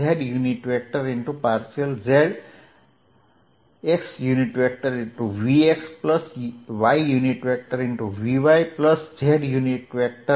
v v મળે છે